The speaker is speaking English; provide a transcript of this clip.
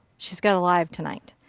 she's got a live tonight.